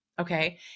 Okay